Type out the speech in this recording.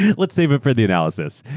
let's save it for the analysis.